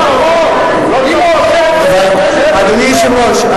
אדוני היושב-ראש,